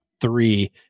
three